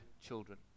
children